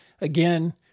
again